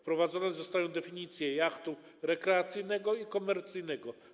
Wprowadzone zostają definicje jachtu rekreacyjnego i komercyjnego.